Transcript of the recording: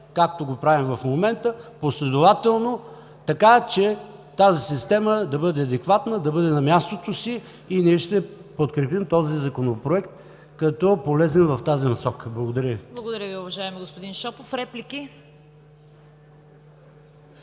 както го правим в момента – последователно, така че тази система да бъде адекватна, да бъде на мястото си и ние ще подкрепим този Законопроект като полезен в тази насока. Благодаря Ви. ПРЕДСЕДАТЕЛ ЦВЕТА КАРАЯНЧЕВА: Благодаря Ви, уважаеми господин Шопов. Реплики?